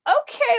okay